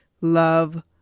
love